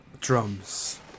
drums